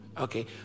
Okay